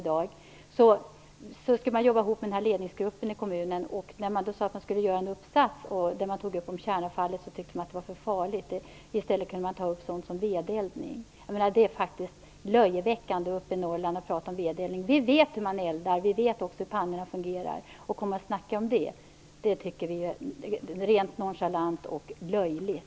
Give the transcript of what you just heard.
Lokalbefolkningen skulle jobba ihop med ledningsgruppen i kommunen. När man sade att man skulle göra en uppsats där man skulle ta upp kärnavfallet ansågs det för farligt. I stället sades det att man kunde tala om vedeldning. Det är löjeväckande att uppe i Norrland tala om vedeldning. Där vet man hur man eldar. Man vet också hur pannorna fungerar. Att börja tala om detta anser vi är nonchalant och löjligt.